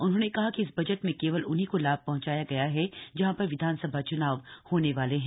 उन्होंने कहा कि इस बजट में केवल उन्हीं को लाभ पहुंचाया गया है जहां पर विधानसभा चुनाव होने वाले हैं